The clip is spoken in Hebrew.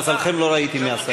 למזלכם לא ראיתי מי עשה את זה.